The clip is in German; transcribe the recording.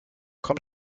komm